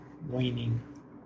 waning